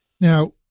Now